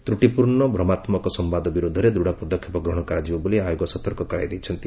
ତ୍ରୁଟିପୂର୍ଣ୍ଣ ଓ ଭ୍ରମାତ୍ମକ ସମ୍ଭାଦ ବିରୋଧରେ ଦୂଢ ପଦକ୍ଷେପ ଗ୍ରହଣ କରାଯିବ ବୋଲି ଆୟୋଗ ସତର୍କ କରାଇ ଦେଇଛନ୍ତି